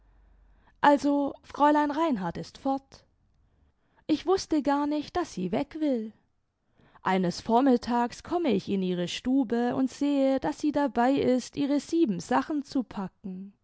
also fräulein reinhard ist fort ich wußte gar nicht daß sie weg will eines vormittags komme ich in ihre stube und sehe daß sie dabei ist ihre siebensachen zu packen